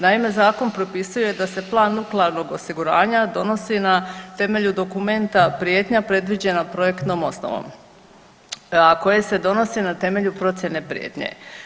Naime, zakon propisuje da se plan nuklearnog osiguranja donosi na temelju dokumenta prijetnja predviđena projektnom osnovom, a koje se donosi na temelju procijene prijetnje.